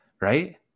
Right